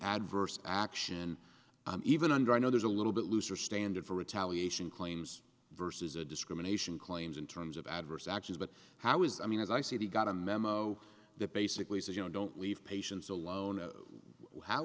adverse action even under i know there's a little bit looser standard for retaliation claims versus a discrimination claims in terms of adverse actions but how is i mean as i say he got a memo that basically says you know don't leave patients alone